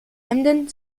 hemden